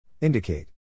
Indicate